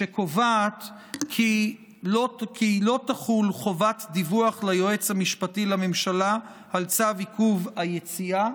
שקובעת כי לא תחול חובת דיווח ליועץ המשפטי לממשלה על צו עיכוב היציאה.